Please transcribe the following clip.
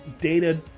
data